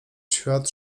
świat